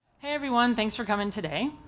hey, everyone. thanks for coming today.